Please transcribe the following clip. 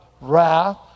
wrath